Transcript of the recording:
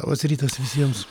labas rytas visiems